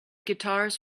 guitars